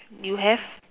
you have